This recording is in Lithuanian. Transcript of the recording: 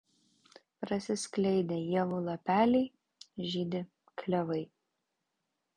prasiskleidę ievų lapeliai žydi klevai